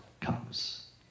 comes